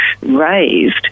raised